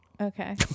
Okay